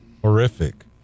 Horrific